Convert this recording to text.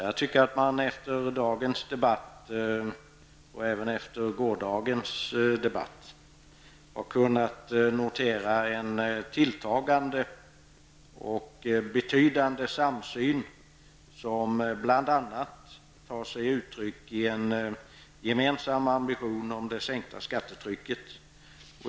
Jag tycker att man efter dagens debatt, och även efter gårdagens debatt, har kunnat notera en tilltagande och betydande samsyn, som bl.a. tar sig uttryck i en gemensam ambition beträffande sänkningen av skattetrycket.